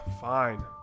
Fine